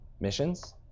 missions